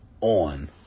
on